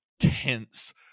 tense